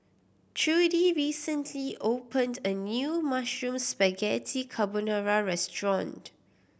Trudi recently opened a new Mushroom Spaghetti Carbonara Restaurant